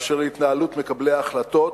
באשר להתנהלות מקבלי ההחלטות,